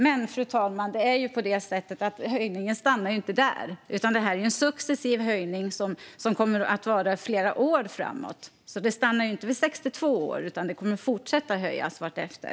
Men, fru talman, höjningen stannar ju inte i och med det, utan det handlar om en successiv höjning som kommer att pågå under flera år framöver. Det stannar inte vid 62 års ålder, utan det kommer att fortsätta höjas vartefter.